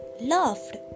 laughed